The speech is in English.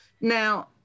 Now